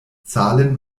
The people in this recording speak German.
zahlen